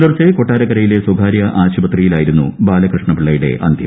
പുലർച്ചെ ഏക്റ്ട്ടാരക്കരയിലെ സ്ഥകാര്യ ആശുപത്രിയിലായിരുന്നു ബാലകൃഷ്ണ്പിള്ളയുടെ അന്ത്യം